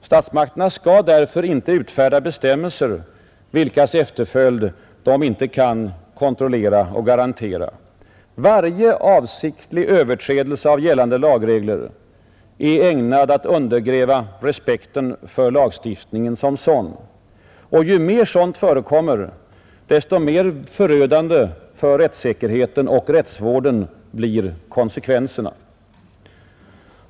Statsmakterna skall därför inte utfärda bestämmelser, vilkas efterföljd de inte kan kontrollera och garantera. Varje avsiktlig överträdelse av gällande lagregler är ägnad att undergräva respekten för lagstiftningen som sådan. Och ju mer sådant förekommer, desto mer förödande för rättssäkerheten och rättsvården blir konsekvenserna.